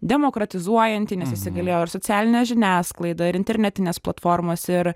demokratizuojantį nes įsigalėjo ir socialinė žiniasklaida ir internetinės platformos ir